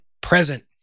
present